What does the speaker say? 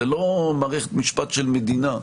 זו לא מערכת משפט של מדינה.